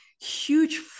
huge